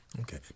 Okay